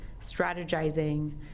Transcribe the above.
strategizing